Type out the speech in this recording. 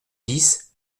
dix